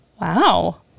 Wow